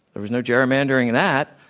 there was no gerrymandering in that,